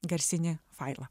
garsinį failą